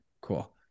Cool